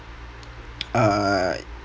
uh